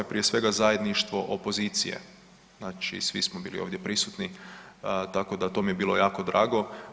Prije svega zajedništvo opozicije, znači svi smo bili ovdje prisutni, tako da to mi je bilo jako drago.